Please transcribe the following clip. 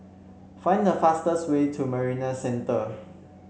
find the fastest way to Marina Centre